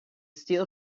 steel